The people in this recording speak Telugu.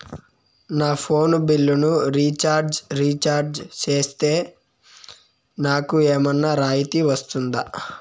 నా ఫోను బిల్లును రీచార్జి రీఛార్జి సేస్తే, నాకు ఏమన్నా రాయితీ వస్తుందా?